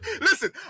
Listen